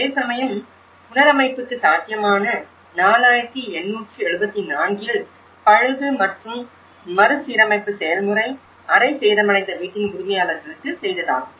அதேசமயம் புனரமைப்புக்கு சாத்தியமான 4874இன் பழுது மற்றும் மறுசீரமைப்பு செயல்முறை அரை சேதமடைந்த வீட்டின் உரிமையாளர்களுக்கு செய்ததாகும்